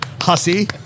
Hussy